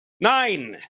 Nine